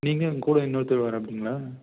நீங்கள் உங்ககூட இன்னொருத்தர் வராப்டிங்களா